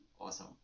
awesome